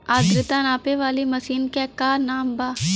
आद्रता नापे वाली मशीन क का नाव बा?